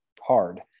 hard